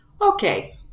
Okay